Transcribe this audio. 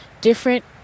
different